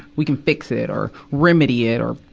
we can fix it or remedy it or,